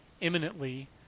imminently